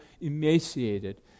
emaciated